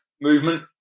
movement